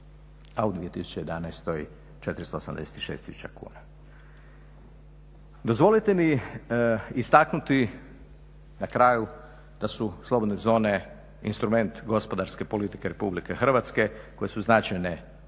a u 2011. 486 tisuća kuna. Dozvolite mi istaknuti na kraju da su slobodne zone instrument gospodarske politike Republike Hrvatske koje su značajne